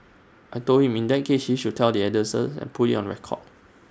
I Told him in that case he should tell the and put IT on record